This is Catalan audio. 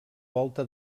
volta